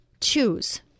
choose